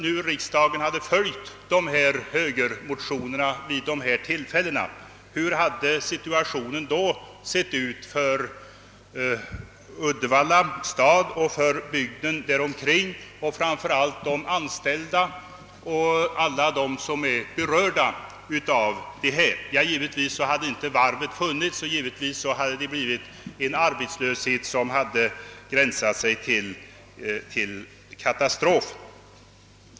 Om riksdagen hade bifallit högermotionerna vid dessa tillfällen, vilken hade situationen då varit för Uddevalla stad och bygden där omkring och framför allt för de anställda? Givetvis hade varvet inte funnits, och det hade blivit en arbetslöshet som gränsat till katastrof.